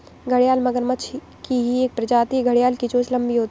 घड़ियाल मगरमच्छ की ही एक प्रजाति है घड़ियाल की चोंच लंबी होती है